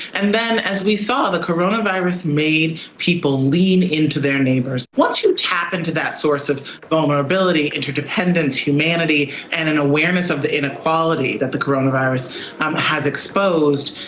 and then as we saw, the coronavirus made people lean into their neighbors. once you tap into that source of vulnerability, interdependence, humanity and and awareness of inequality that the coronavirus um has exposed,